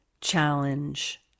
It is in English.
challenge